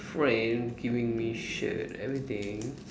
friend giving me shirt everything